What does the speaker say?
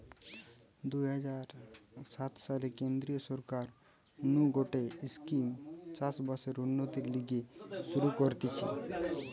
দুই হাজার সাত সালে কেন্দ্রীয় সরকার নু গটে স্কিম চাষ বাসের উন্নতির লিগে শুরু করতিছে